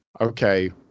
okay